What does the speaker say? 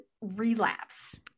Relapse